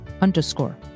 underscore